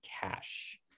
cash